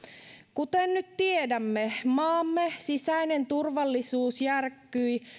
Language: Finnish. kuten nyt tiedämme maamme sisäinen turvallisuus järkkyi